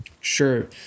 sure